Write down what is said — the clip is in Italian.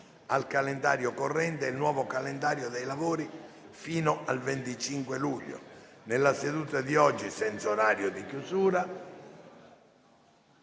al calendario corrente e il nuovo calendario dei lavori fino al 25 luglio. Nella seduta di oggi, senza orario di chiusura,